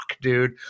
dude